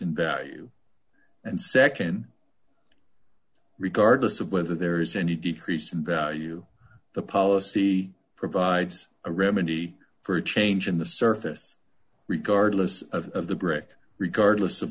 in value and nd regardless of whether there is any degree some value the policy provides a remedy for a change in the surface regardless of the brick regardless of